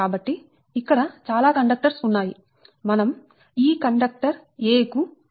కాబట్టి ఇక్కడ చాలా కండక్టర్స్ ఉన్నాయి మనం ఈ కండక్టర్'a' కు అమలు చేస్తున్నాం